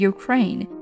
Ukraine